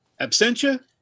Absentia